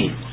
sound bite